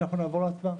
נעבור להצבעה.